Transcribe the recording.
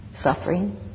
suffering